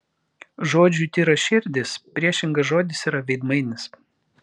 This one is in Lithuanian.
žodžiui tyraširdis priešingas žodis yra veidmainis